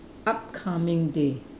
upcoming day